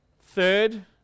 Third